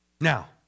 Now